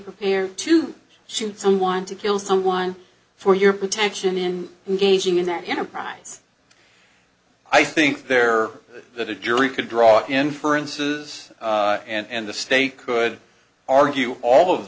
prepared to shoot someone to kill someone for your protection in engaging in that enterprise i think there that a jury could draw inferences and the state could argue all of